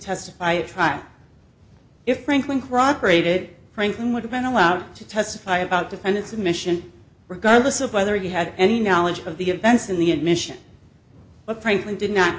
testify at trial if franklin crocker aided franklin would have been allowed to testify about defendant's admission regardless of whether he had any knowledge of the events in the admission but frankly did not